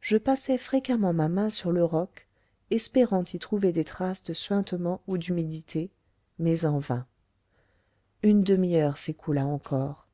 je passais fréquemment ma main sur le roc espérant y trouver des traces de suintement ou d'humidité mais en vain une demi-heure s'écoula encore